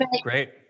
great